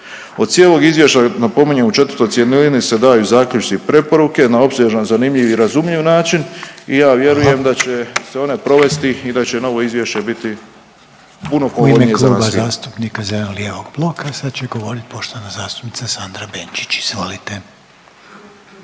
Od cijelog izvješća napominjem u 4. cjelini se daju zaključci i preporuke na opsežan, zanimljiv i razumljiv način i ja vjerujem da će …/Upadica Reiner: Hvala/…se one provesti i da će novo izvješće biti puno povoljnije za nas